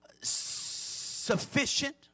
sufficient